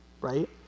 right